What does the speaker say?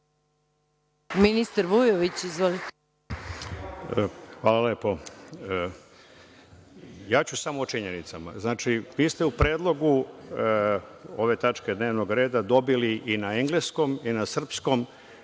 **Dušan Vujović** Hvala lepo. Samo ću o činjenicama. Znači, vi ste u predlogu ove tačke dnevnog reda dobili i na engleskom i na srpskom